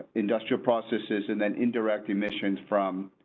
industrial processes, and then indirect emissions from.